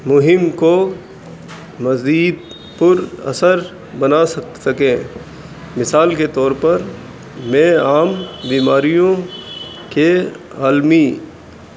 مہم کو مززید پر اثر بنا سک سکیں مثال کے طور پر میں عام بیماریوں کے عالمی